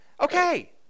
Okay